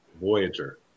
Voyager